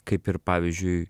kaip ir pavyzdžiui